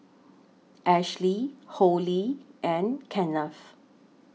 Ashley Hollie and Kenneth